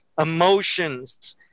emotions